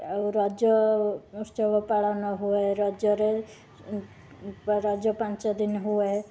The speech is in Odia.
ଆଉ ରଜଉତ୍ସବ ପାଳନ ହୁଏ ରଜରେ ରଜ ପାଞ୍ଚଦିନ ହୁଏ